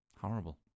Horrible